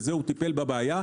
בזה הוא טיפל בבעיה,